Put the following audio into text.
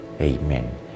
Amen